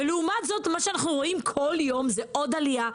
ומה שאנחנו רואים כל יום זאת עוד עלייה,